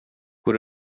går